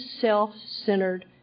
self-centered